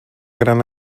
gran